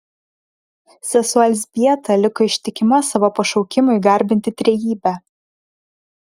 sesuo elzbieta liko ištikima savo pašaukimui garbinti trejybę